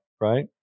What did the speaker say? Right